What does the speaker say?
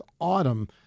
autumn